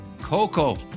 Coco